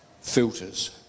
filters